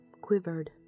quivered